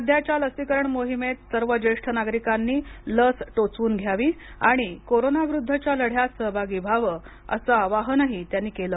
सध्याच्या लसीकरण मोहिमेत सर्व ज्येष्ठ नागरिकांनी लस टोचवून घ्यावी आणि कोरोनाविरुद्धच्या लढ्यात सहभागी व्हावं असं आवाहनही त्यांनी केलं